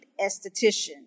esthetician